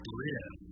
live